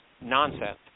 nonsense